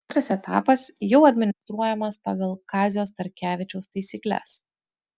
antras etapas jau administruojamas pagal kazio starkevičiaus taisykles